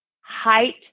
height